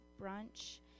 brunch